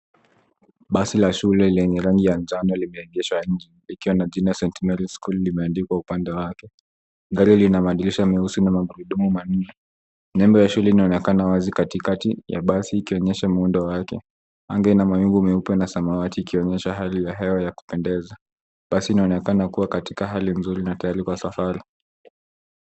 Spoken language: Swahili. Basi la shule lenye rangi la njano limeegeshwa ikiwa na jina St.Marys school limeandikwa upande wake. Gari lina badilisha meusi na magurudumu manne nebo ya shule linaonekana wazi katika ya basi likionyesha muundo wake, angaa lina mawingu meupe na samawati ikionyesha hali ya hewa ya kupendeza. Basi linaonekana kuwa katika hali nzuri na tayari kwa safari.